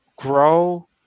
grow